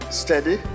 steady